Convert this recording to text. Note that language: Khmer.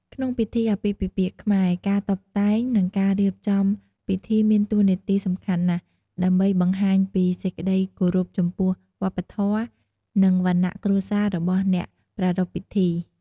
ក្នុងពិធីអាពាហ៍ពិពាហ៍ខ្មែរ ការតុបតែង និងការរៀបចំពិធីមានតួនាទីសំខាន់ណាស់ ដើម្បីបង្ហាញពីសេចក្តីគោរពចំពោះវប្បធម៌ និងវណ្ណៈគ្រួសាររបស់អ្នកប្រារព្ធពិធី។